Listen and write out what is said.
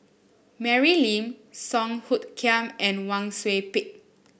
Mary Lim Song Hoot Kiam and Wang Sui Pick